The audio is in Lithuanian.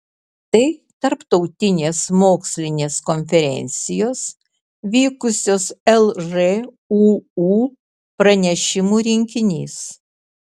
tai tarptautinės mokslinės konferencijos vykusios lžūu pranešimų rinkinys